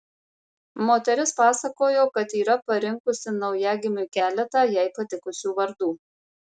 moteris pasakojo kad yra parinkusi naujagimiui keletą jai patikusių vardų